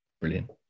Brilliant